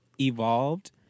evolved